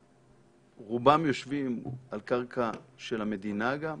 שרובם יושבים על קרקע של המדינה גם,